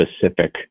specific